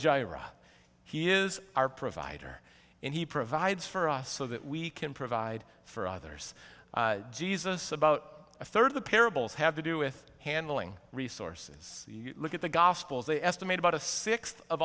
gyra he is our provider and he provides for us so that we can provide for others jesus about a third of the parables have to do with handling resources look at the gospels they estimate about a sixth of